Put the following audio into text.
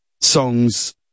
songs